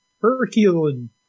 Herculean